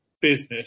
business